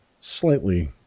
slightly